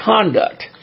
conduct